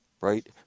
right